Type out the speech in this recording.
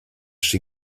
she